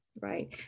right